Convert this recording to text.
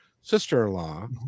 sister-in-law